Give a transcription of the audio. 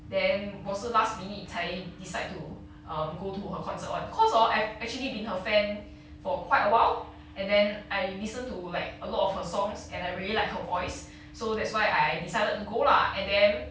then 我是 last minute 才 decide to go to her concert [one] cause orh I've actually been her fan for quite awhile and then I listen to like a lot of her songs and I really like her voice so that's why I decided to go lah and then